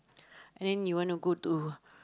and then you want to go